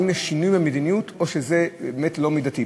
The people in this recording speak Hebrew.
האם יש שינוי במדיניות או שזה באמת לא מידתי?